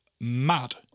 mad